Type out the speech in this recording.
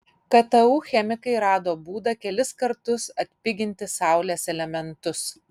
ktu chemikai rado būdą kelis kartus atpiginti saulės elementus